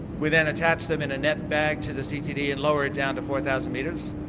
we then attach them in a net bag to the ctd and lower it down to four thousand metres,